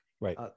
right